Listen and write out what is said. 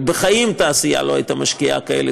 הרי בחיים התעשייה לא הייתה משקיעה כאלה